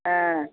ஆ